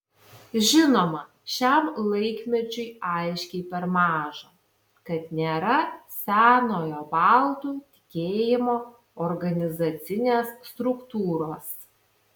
žinoma šiam laikmečiui aiškiai per maža kad nėra senojo baltų tikėjimo organizacinės struktūros